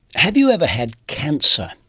have you ever had cancer?